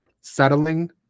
settling